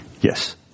Yes